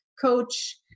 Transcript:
coach